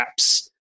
apps